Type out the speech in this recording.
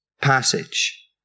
passage